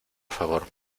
favor